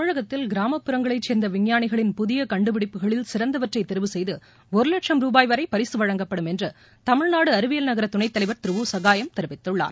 தமிழகத்தில் கிராமப்புறங்களைச் சேர்ந்த விஞ்ஞானிகளின் புதிய கண்டுபிடிப்புகளில் சிறந்தவற்றை தெரிவு செய்து ஒரு லட்சம் ரூபாய் வரை பரிசு வழங்கப்படும் என்று தமிழ்நாடு அறிவியல் நகர துணைத் தலைவர் திரு உ சகாயம் தெரிவித்துள்ளார்